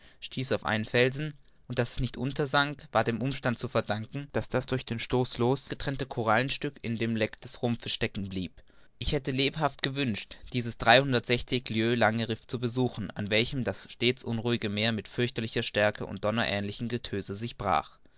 stieß auf einen felsen und daß es nicht untersank war dem umstand zu verdanken daß das durch den stoß losgetrennte korallenstück in dem leck des rumpfes stecken blieb ich hätte lebhaft gewünscht dieses dreihundertsechzig lieues lange riff zu besuchen an welchem das stets unruhige meer mit fürchterlicher stärke und donnerähnlichem getöse sich brach